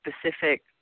specific